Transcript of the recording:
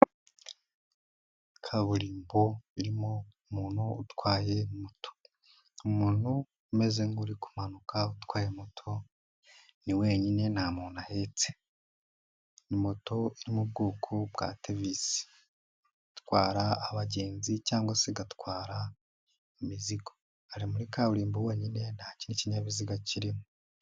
Kaburimbo birimo umuntu utwaye moto, umuntu umeze nk'uri kumanuka, utwaye moto ni wenyine nta muntu ahetse, ni moto yo mubwoko bwa tevisi itwara abagenzi, cyangwa se igatwara imizigo, ari muri kaburimbo wonyine nta kindi kinyabiziga kirimo.